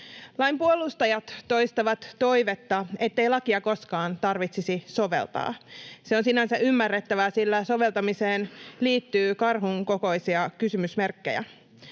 Lain puolustajat toistavat toivetta, ettei lakia koskaan tarvitsisi soveltaa. Se on sinänsä ymmärrettävää, sillä soveltamiseen liittyy karhun kokoisia kysymysmerkkejä.